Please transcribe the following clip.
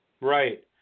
Right